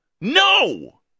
no